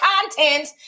content